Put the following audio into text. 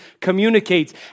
communicates